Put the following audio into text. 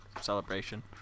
celebration